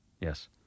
yes